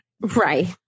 right